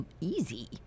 easy